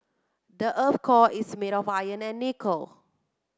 the earth's core is made of iron and nickel